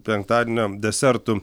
penktadienio desertų